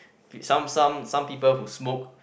some some some people who smoke